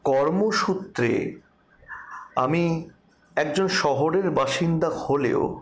কর্মসূত্রে আমি একজন শহরের বাসিন্দা হলেও